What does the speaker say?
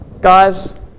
Guys